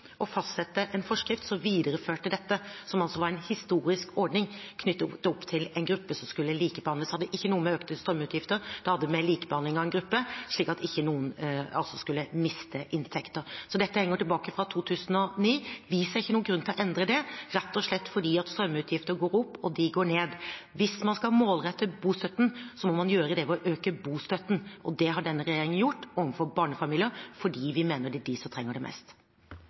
å fastsette en forskrift som videreførte dette, som altså var en historisk ordning knyttet opp til en gruppe som skulle likebehandles. Det hadde ikke noe med økte strømutgifter å gjøre, men med likebehandling av en gruppe, altså slik at ingen skulle miste inntekter. Så dette strekker seg tilbake til 2009. Vi ser ingen grunn til å endre det, rett og slett fordi strømutgifter går opp og de går ned. Hvis man skal målrette bostøtten, må man gjøre det ved å øke bostøtten, og det har denne regjeringen gjort for barnefamilier fordi vi mener det er de som trenger det mest.